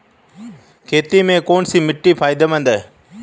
खेती में कौनसी मिट्टी फायदेमंद है?